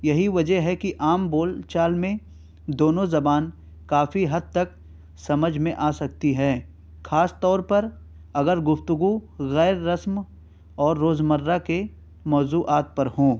یہی وجہ ہے کہ عام بول چال میں دونوں زبان کافی حد تک سمجھ میں آ سکتی ہے خاص طور پر اگر گفتگو غیررسم اور روزمرہ کے موضوعات پر ہوں